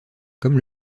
comme